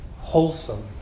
wholesome